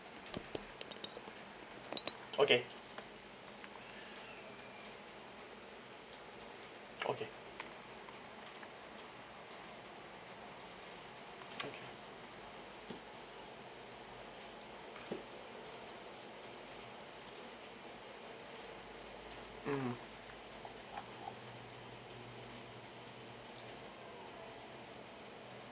okay okay okay mm